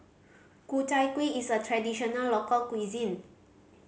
Ku Chai Kuih is a traditional local cuisine